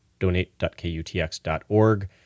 donate.kutx.org